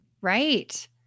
Right